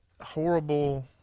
horrible